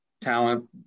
talent